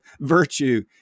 virtue